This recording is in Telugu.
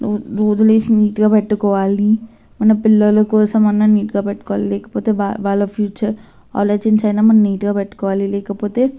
రోజు లేసి నీటుగా పెట్టుకోవాలి మన పిల్లల కోసం అన్నా నీటుగా పెట్టుకోవాలి లేకపోతే వాళ్ళ ఫ్యూచర్ ఆలోచించైనా మనం నీట్గా పెట్టుకోవాలి లేకపోతే